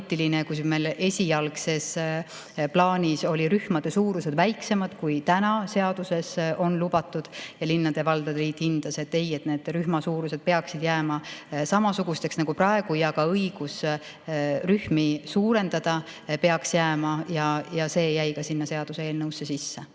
kui meie esialgses plaanis olid rühmade suurused väiksemad, kui praegu seaduses on lubatud. Linnade ja valdade liit hindas, et need rühma suurused peaksid jääma samasuguseks nagu praegu ja ka õigus rühmi suurendada peaks jääma. See jäi ka seaduseelnõusse sisse.